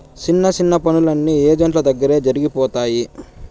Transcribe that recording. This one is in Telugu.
సిన్న సిన్న పనులన్నీ ఏజెంట్ల దగ్గరే జరిగిపోతాయి